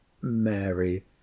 Mary